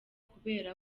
kubera